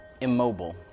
immobile